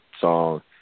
song